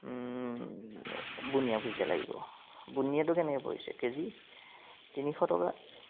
বুন্দিয়া ভুজীয়া লাগিব বুন্দিয়াটো কেনেকৈ পৰিছে কে জি তিনিশ টকা